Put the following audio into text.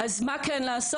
אז מה כן לעשות?